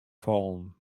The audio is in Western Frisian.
fallen